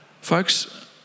Folks